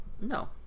No